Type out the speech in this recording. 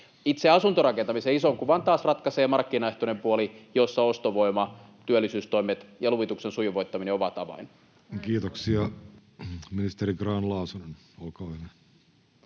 Itse asuntorakentamisen ison kuvan taas ratkaisee markkinaehtoinen puoli, jossa ostovoima, työllisyystoimet ja luvituksen sujuvoittaminen ovat avain. [Speech 133] Speaker: Jussi Halla-aho